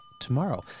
tomorrow